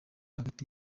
hagati